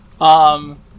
Um-